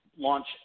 launch